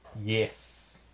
Yes